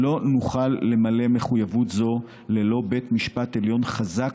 לא נוכל למלא מחויבות זו ללא בית משפט עליון חזק,